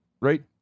right